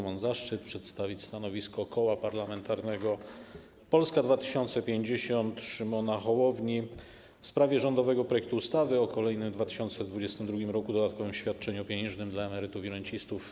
Mam zaszczyt przedstawić stanowisko Koła Parlamentarnego Polska 2050 Szymona Hołowni w sprawie rządowego projektu ustawy o kolejnym w 2022 r. dodatkowym rocznym świadczeniu pieniężnym dla emerytów i rencistów.